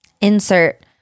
Insert